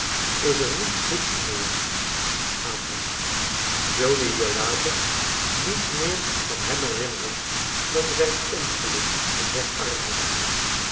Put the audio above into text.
is er niets goeds meer aan hem zul je je later niets meer van hem herinneren dan zijn ongeluk en zijn armoede